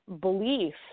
belief